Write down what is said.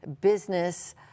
business